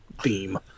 theme